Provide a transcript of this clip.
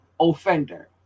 offender